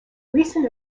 recent